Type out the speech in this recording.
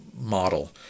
model